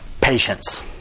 Patience